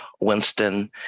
Winston